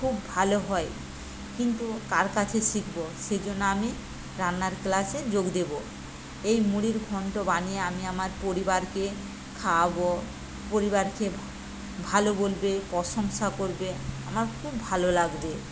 খুব ভালো হয় কিন্তু কার কাছে শিখব সেই জন্য আমি রান্নার ক্লাসে যোগ দেব এই মুড়ির ঘণ্ট বানিয়ে আমি আমার পরিবারকে খাওয়াব পরিবার খেয়ে ভালো বলবে প্রশংসা করবে আমার খুব ভালো লাগবে